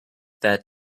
that